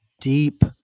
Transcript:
deep